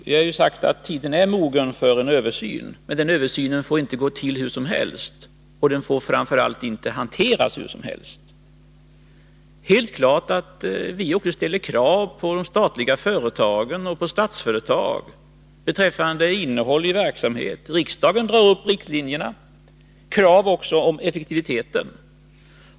Vi har ju sagt att verksamheten är mogen för en översyn, men denna får inte gå tillhur som helst. Framför allt får den inte hanteras hur som helst. Det är helt klart att även vi ställer krav på de statliga företagen och på Statsföretag när det gäller verksamhetens innehåll — och här drar ju riksdagen upp riktlinjerna —liksom också krav på effektiviteten.